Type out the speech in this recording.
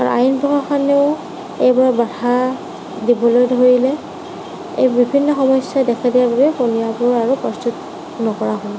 আৰু আইন প্ৰশাসনেও এইবোৰ বাধা দিবলৈ ধৰিলে এই বিভিন্ন সমস্য়া দেখা দিয়াৰ বাবে পানীয়বোৰ আৰু প্ৰস্তুত নকৰা হ'ল